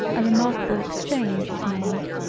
a remarkable exchange is made.